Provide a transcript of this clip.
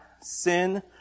Sin